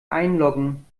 einloggen